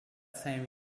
same